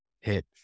hit